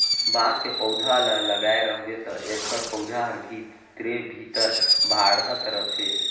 बांस के पउधा ल लगाए रहबे त एखर पउधा हर भीतरे भीतर बढ़ात रथे